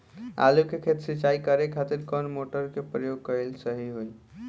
आलू के खेत सिंचाई करे के खातिर कौन मोटर के प्रयोग कएल सही होई?